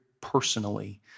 personally